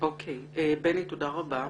בני, תודה רבה.